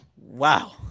Wow